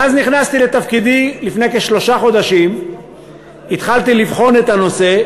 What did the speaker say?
מאז נכנסתי לתפקידי לפני כשלושה חודשים התחלתי לבחון את הנושא